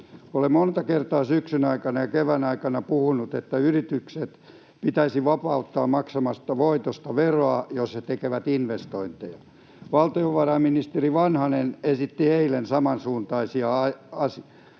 Olen monta kertaa syksyn ja kevään aikana puhunut, että yritykset pitäisi vapauttaa maksamasta voitosta veroa, jos ne tekevät investointeja. Valtiovarainministeri Vanhanen esitti eilen samansuuntaisia ajatuksia.